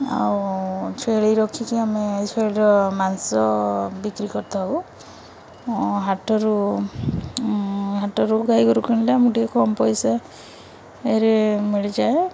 ଆଉ ଛେଳି ରଖିକି ଆମେ ଛେଳିର ମାଂସ ବିକ୍ରି କରିଥାଉ ହାଟରୁ ହାଟରୁ ଗାଈ ଗୋରୁ କିଣିଲେ ଆମକୁ ଟିକେ କମ୍ ପଇସା ଇଏରେ ମିଳିଯାଏ